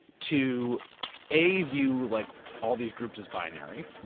to a, view like all these groups as binary.